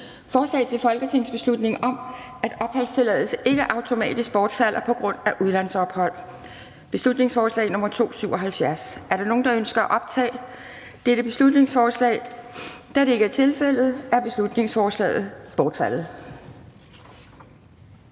Forslag til folketingsbeslutning om, at opholdstilladelse ikke automatisk bortfalder på grund af udlandsophold. (Beslutningsforslag nr. B 277) Er der nogen, der ønsker at optage dette beslutningsforslag? Da det ikke er tilfældet, er beslutningsforslaget bortfaldet.